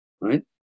right